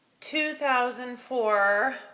2004